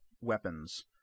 weapons